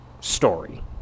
story